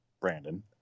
brandon